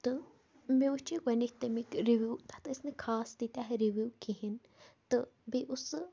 تہٕ مےٚ وٕچھے گۄڈنٮ۪تھ تَمِکۍ رِوِو تَتھ ٲسۍ نہٕ خاص تیٖتیٛاہ رِوِو کِہیٖنۍ تہٕ بیٚیہِ اوس سُہ